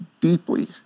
deeply